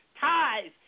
ties